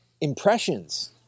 Impressions